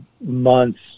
months